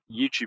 YouTube